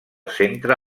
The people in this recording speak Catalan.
centre